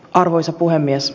arvoisa puhemies